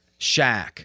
Shaq